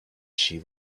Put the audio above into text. she